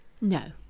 No